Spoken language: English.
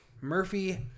Murphy